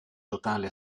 totale